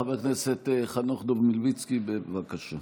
חבר הכנסת חנוך דב מלביצקי, בבקשה.